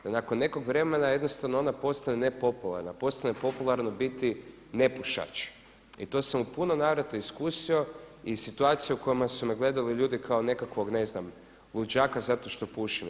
Jer nakon nekog vremena jednostavno ona postane nepopularna, postane popularno biti nepušač i to sam u puno navrata iskusio i u situacijama gdje su me gledali ljudi kao nekakvog ne znam luđaka zato što pušim.